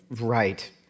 Right